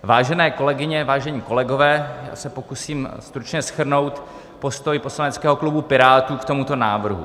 Vážené kolegyně, vážení kolegové, já se pokusím stručně shrnout postoj poslaneckého klubu Pirátů k tomuto návrhu.